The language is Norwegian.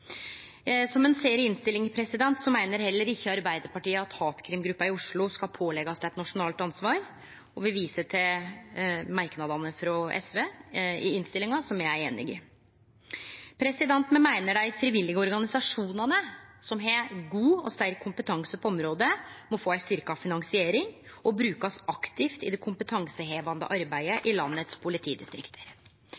Som ein ser i innstillinga, meiner heller ikkje Arbeidarpartiet at hatkrimgruppa i Oslo skal bli pålagd eit nasjonalt ansvar, og me viser til merknadene frå SV i innstillinga, som me er einige i. Me meiner at dei frivillige organisasjonane, som har god og sterk kompetanse på området, må få styrkt si finansiering og bli brukte aktivt i det kompetansehevande arbeidet